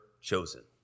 chosen